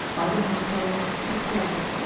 by the newel-post, he paused.